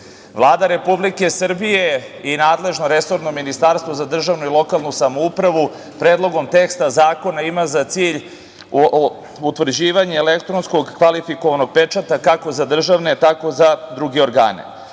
Republike Srbije i nadležno resorno Ministarstvo za državnu upravu i lokalnu samoupravu predlogom teksta zakona ima za cilj utvrđivanje elektronskog kvalifikovanog pečata kako za državne, tako i za druge